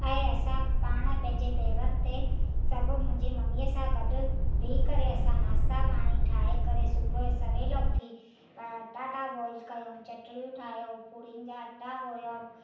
ऐं असां पाण पंहिंजे पेरनि ते सब मुंहिंजी मम्मीअ सां गॾु बिहु करे असां नाश्ता पाणी ठाहे करे सुबुह जो सवेल उथी पटाटा बॉइल कयूं चटणियूं ठाहियूं पुड़ियुनि जा अटा ॻोहूं